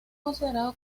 considerado